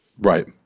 Right